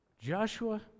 Joshua